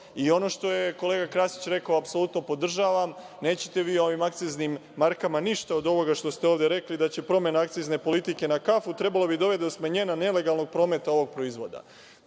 Ono što je kolega Krasić rekao, apsolutno podržavam. Nećete vi ovim akciznim markama ništa od ovoga što ste ovde rekli da će promena akcizne politike na kafu trebalo da dovede do smanjenja nelegalnog prometa ovog proizvoda.